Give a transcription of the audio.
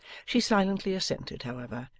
she silently assented, however,